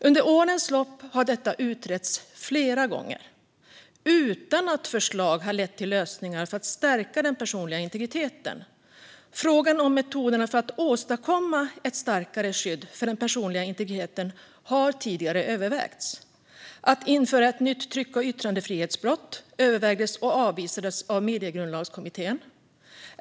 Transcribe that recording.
Under årens lopp har detta utretts flera gånger, utan att förslag har lett till lösningar för att stärka den personliga integriteten. Frågan om metoderna för att åstadkomma ett starkare skydd för den personliga integriteten har tidigare övervägts. Att införa ett nytt tryck och yttrandefrihetsbrott övervägdes och avvisades av Mediegrundlagskommittén.